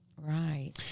Right